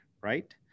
right